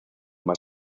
más